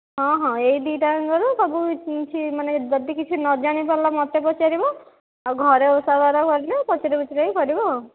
ହଁ ହଁ ଏଇ ଦୁଇଟାଯାକରୁ ସବୁ ଯଦି କିଛି ନଜାଣି ପାରିଲ ମୋତେ ପଚାରିବ ଆଉ ଘରେ ଓଷା ବାର କରିଲେ ପଚାରି ପୁଚୁରିକି କରିବ ଆଉ